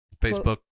Facebook